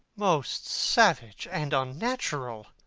most savage and unnatural!